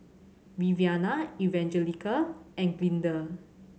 Viviana Evangelina and Glinda